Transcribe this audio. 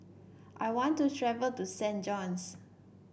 I want to travel to Saint John's